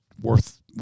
worth